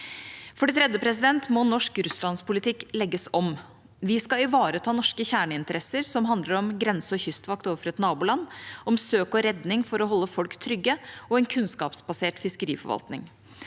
For det tredje må norsk russlandspolitikk legges om. Vi skal ivareta norske kjerneinteresser, som handler om grense- og kystvakt overfor et naboland, om søk og redning for å holde folk trygge og en kunnskapsbasert fiskeriforvaltning.